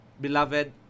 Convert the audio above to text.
Beloved